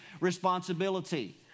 responsibility